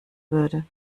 würde